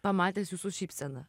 pamatęs jūsų šypseną